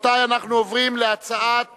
הצעת